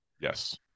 Yes